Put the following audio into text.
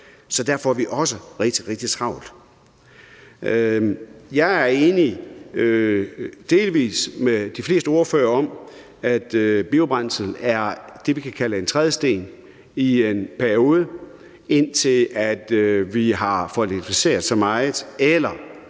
Så der får vi også rigtig, rigtig travlt. Jeg er delvis enig med de fleste ordførere i, at biobrændsel er det, vi kan kalde en trædesten i en periode, indtil vi har fået elektrificeret eller